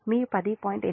మీ 10